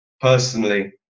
personally